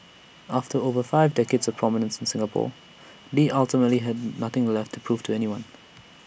after over five decades of prominence in Singapore lee ultimately had nothing left to prove to anyone